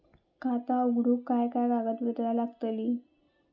खाता उघडूक काय काय कागदपत्रा लागतली?